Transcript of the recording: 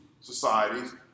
societies